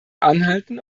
anhalten